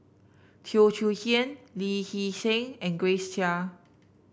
Teo Chee Hean Lee Hee Seng and Grace Chia